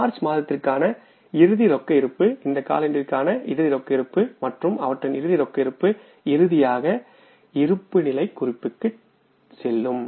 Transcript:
March மாதத்திற்கான இறுதி ரொக்க இருப்பு இந்த காலாண்டிற்கான இறுதி ரொக்க இருப்பு இறுதியாக இருப்புநிலைக்கு குறிப்பிற்கு செல்லும்